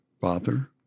father